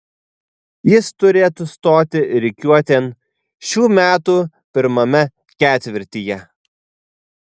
jis turėtų stoti rikiuotėn šių metų pirmame ketvirtyje